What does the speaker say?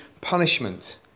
punishment